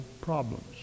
problems